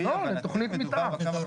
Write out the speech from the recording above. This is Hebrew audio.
לא, זו תכנית מתאר.